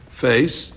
face